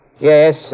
Yes